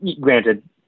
granted